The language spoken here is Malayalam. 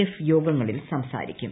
എഫ് യോഗങ്ങളിൽ സംസാരിക്കും